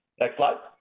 next slide.